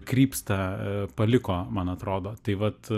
krypsta paliko man atrodo tai vat